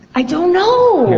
i don't know!